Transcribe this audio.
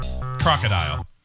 Crocodile